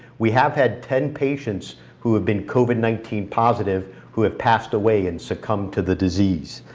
we have had ten patients who have been covid nineteen positive who have passed away and succumbed to the disease.